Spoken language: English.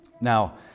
Now